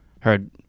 heard